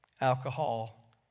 alcohol